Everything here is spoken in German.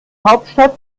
hauptstadt